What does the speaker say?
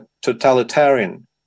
totalitarian